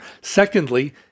Secondly